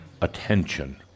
attention